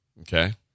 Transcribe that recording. Okay